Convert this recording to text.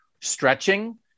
stretching